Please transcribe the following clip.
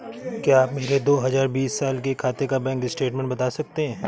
क्या आप मेरे दो हजार बीस साल के खाते का बैंक स्टेटमेंट बता सकते हैं?